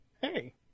Hey